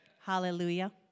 Hallelujah